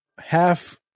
Half